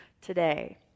today